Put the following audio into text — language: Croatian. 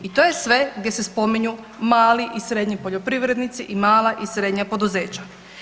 I to je sve gdje se spominju mali i srednji poljoprivrednici i mala i srednja poduzeća.